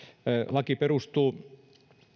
laki perustuu